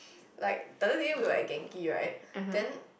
like the other day we were at Genki right then